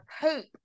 tape